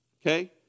Okay